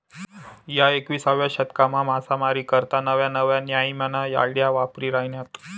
ह्या एकविसावा शतकमा मासामारी करता नव्या नव्या न्यामीन्या आयडिया वापरायी राहिन्यात